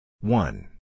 one